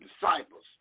disciples